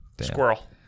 Squirrel